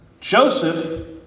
Joseph